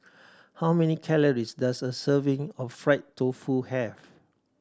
how many calories does a serving of fried tofu have